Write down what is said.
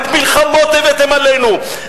רק מלחמות הבאתם עלינו,